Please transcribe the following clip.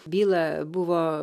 bylą buvo